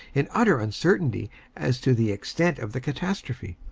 in utter uncertainty as to the extent of the catastrophe.